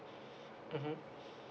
mmhmm